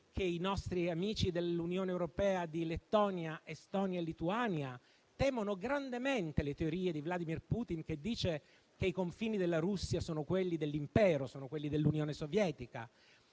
che i nostri amici dell'Unione europea di Lettonia, Estonia e Lituania temono grandemente le teorie di Vladimir Putin, che dice che i confini della Russia sono quelli dell'impero, sono quelli dell'Unione sovietica.